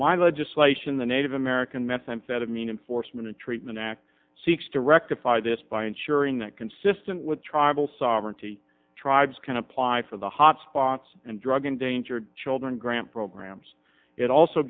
my legislation the native american methamphetamine and forstmann and treatment act seeks to rectify this by ensuring that consistent with tribal sovereignty tribes kind of apply for the hotspots and drug endangered children grant programs it also